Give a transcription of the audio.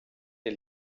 den